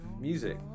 Music